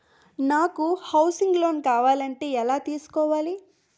నాకు housing loan కావాలంటే ఎలా తీసుకోవాలి?